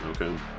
Okay